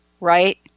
right